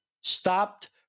stopped